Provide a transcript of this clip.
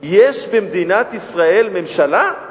יש במדינת ישראל ממשלה?